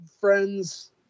friends